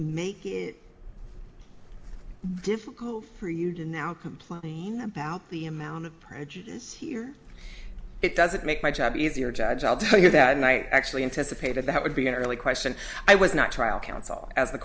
make it difficult for you to now complain about the amount of prejudice here it doesn't make my job easier judge i'll tell you that night actually anticipated that would be an early question i was not trial counsel as